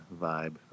vibe